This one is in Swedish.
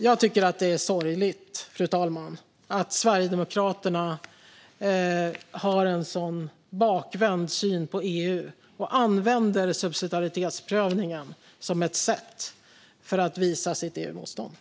Jag tycker att det är sorgligt, fru talman, att Sverigedemokraterna har en sådan bakvänd syn på EU och använder subsidiaritetsprövningen som ett sätt att visa sitt EU-motstånd.